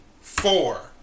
four